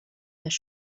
there